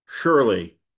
Surely